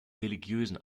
religiösen